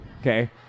okay